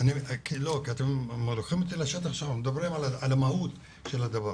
לשטח כשאנחנו מדברים על המהות של הדבר.